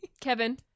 Kevin